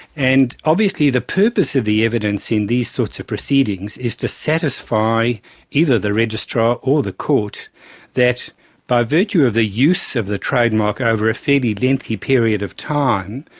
and obviously the purpose of the evidence in these sorts of proceedings is to satisfy either the registrar or the court that by virtue of the use of the trademark over a fairly lengthy period of time,